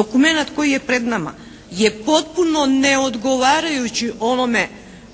dokumenat koji je pred nama je potpuno neodgovarajući onome